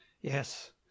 yes